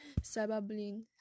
cyberbullying